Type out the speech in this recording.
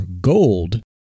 gold